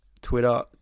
Twitter